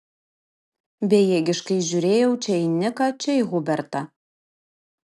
bejėgiškai žiūrėjau čia į niką čia į hubertą